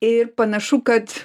ir panašu kad